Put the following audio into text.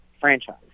franchise